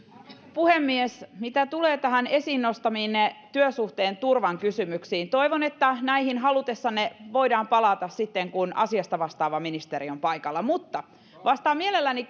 puhemies mitä tulee näihin esiin nostamiinne työsuhteen turvan kysymyksiin toivon että näihin halutessanne voidaan palata sitten kun asiasta vastaava ministeri on paikalla mutta vastaan mielelläni